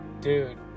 dude